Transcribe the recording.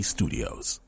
Studios